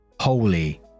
Holy